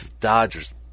Dodgers